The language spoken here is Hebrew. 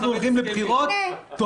אז אנחנו הולכים לבחירות טובות,